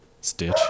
Stitch